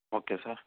okay sir